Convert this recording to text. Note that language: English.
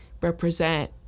represent